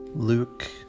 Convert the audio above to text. Luke